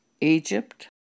Egypt